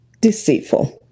Deceitful